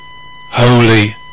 holy